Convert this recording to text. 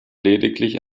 lediglich